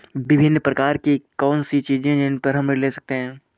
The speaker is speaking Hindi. विभिन्न प्रकार की कौन सी चीजें हैं जिन पर हम ऋण ले सकते हैं?